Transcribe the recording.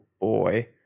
boy